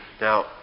Now